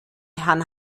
herrn